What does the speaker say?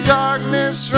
darkness